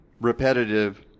repetitive